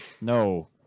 No